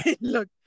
Look